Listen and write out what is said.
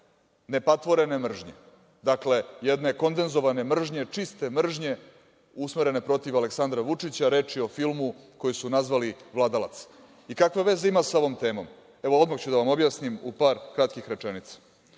nepatvorene mržnje. Dakle, jedne kondenzovane mržnje, čiste mržnje usmerene protiv Aleksandra Vučića. Reč je o filmu koji su nazvali „Vladalac“. Kakve veze ima sa ovom temom? Odmah ću da vam objasnim u par kratkih rečenica. Jedna